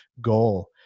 goal